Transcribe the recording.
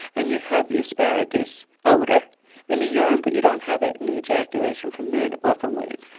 and you have the asparagus odour in the urine, but you don't have it in the ejaculation from men or from women.